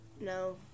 No